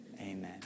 amen